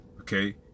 okay